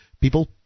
people